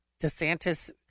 DeSantis